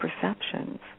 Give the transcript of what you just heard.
perceptions